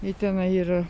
i tenai yra